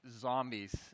zombies